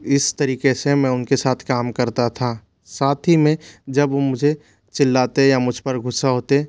इस तरीके से मैं उनके साथ काम करता था साथ ही में जब वो मुझे चिल्लाते या मुझपर गुस्सा होते